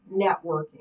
networking